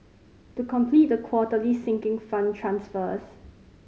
to complete the quarterly Sinking Fund transfers